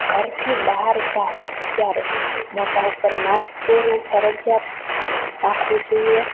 ઘરથી બહાર જાઓ ત્યારે મોઢા ઉપર માસ્ક પહેરવું ફરજીયાત રાખવું જોઈએ